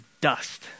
dust